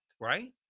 right